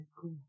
cool